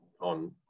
on